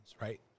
right